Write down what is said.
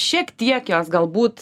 šiek tiek jos galbūt